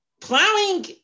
plowing